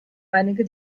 einige